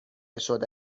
شده